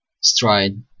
Stride